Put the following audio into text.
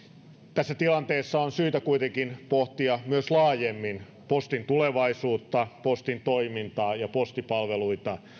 tässä tilanteessa on syytä kuitenkin pohtia myös laajemmin postin tulevaisuutta postin toimintaa ja postipalveluita